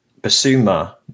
basuma